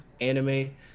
anime